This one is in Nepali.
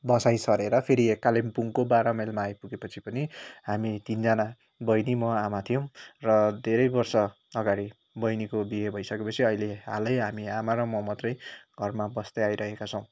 बसाइँ सरेर फेरि यहाँ कालिम्पोङको बाह्र माइलमा आइपुगेपछि पनि हामी तिनजना बहिनी म आमा थियौँ र धेरै वर्षअगाडि बहिनीको बिहे भइसकेपछि अहिले हालै हामी आमा र म मात्रै घरमा बस्दै आइरहेका छौँ